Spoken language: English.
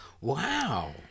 Wow